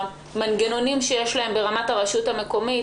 המנגנונים שיש להם ברמת הרשות המקומית.